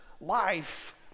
life